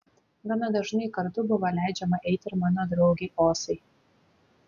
gana dažnai kartu buvo leidžiama eiti ir mano draugei osai